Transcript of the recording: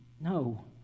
No